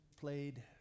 played